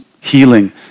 healing